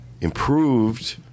improved